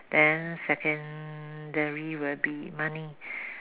then secondary will be money